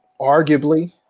arguably